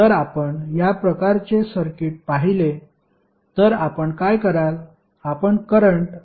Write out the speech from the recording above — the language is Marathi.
तर आपण या प्रकारचे सर्किट पाहिले तर आपण काय कराल